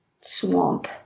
swamp